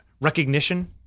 Recognition